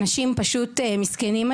אנשים פשוט מסכנים.